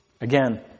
Again